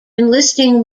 enlisting